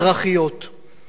ושר החינוך,